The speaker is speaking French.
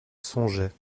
songeait